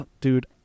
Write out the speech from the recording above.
Dude